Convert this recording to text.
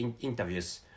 interviews